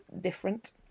different